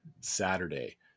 Saturday